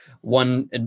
one